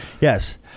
Yes